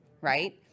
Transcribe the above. right